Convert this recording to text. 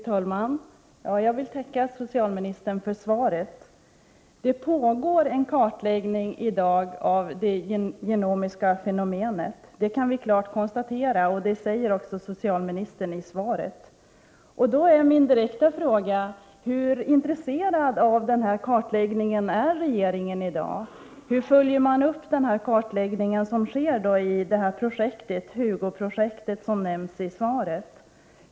Fru talman! Jag vill tacka socialministern för svaret. Vi kan klart konstatera att det i dag pågår en kartläggning av det genomiska fenomenet, och det säger också socialministern i svaret. Mina direkta frågor är: Hur intresserad är regeringen av denna kartläggning? Hur följer regeringen upp den kartläggning som sker inom det s.k. HUGO projektet, vilket nämns i svaret?